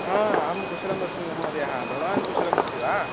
अहं कुशलम् अस्मि महोदयः भवान् कुशलमस्ति वा